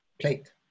plate